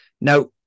now